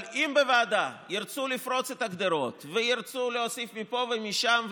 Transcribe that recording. אבל אם בוועדה ירצו לפרוץ את הגדרות וירצו להוסיף מפה ומשם,